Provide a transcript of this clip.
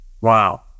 Wow